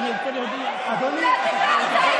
אדוני, לא.